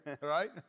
Right